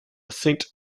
saint